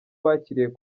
bakiriye